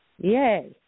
yay